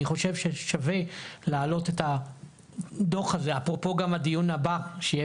אני חושב ששווה לעלות את הדוח הזה - אפרופו גם הדיון הבא שיהיה